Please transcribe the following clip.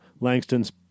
Langston's